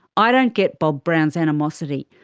i don't get bob brown's animosity.